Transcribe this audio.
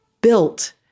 built